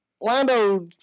Lando